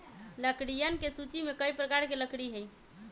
लकड़ियन के सूची में कई प्रकार के लकड़ी हई